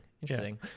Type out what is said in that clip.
Interesting